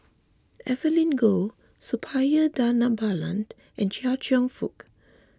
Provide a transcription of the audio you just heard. Evelyn Goh Suppiah Dhanabalan and Chia Cheong Fook